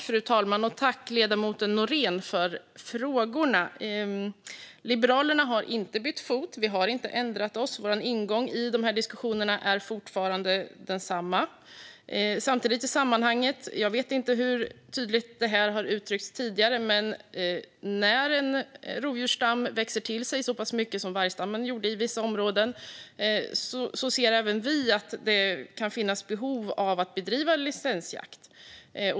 Fru talman! Tack, ledamoten Nohrén, för frågorna! Liberalerna har inte bytt fot. Vi har inte ändrat oss. Vår ingång i diskussionerna är fortfarande densamma. Men låt mig i sammanhanget också säga - jag vet inte hur tydligt det har uttryckts tidigare - att när en rovdjursstam växer till sig så mycket som vargstammen gjorde i vissa områden ser även vi att det kan finnas behov av licensjakt.